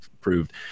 proved